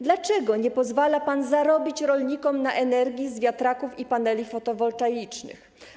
Dlaczego nie pozwala pan zarobić rolnikom na energii z wiatraków i paneli fotowoltaicznych?